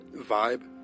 vibe